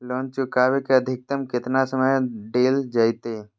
Loan चुकाबे के अधिकतम केतना समय डेल जयते?